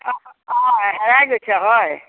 অঁ অঁ হেৰাই গৈছে হয়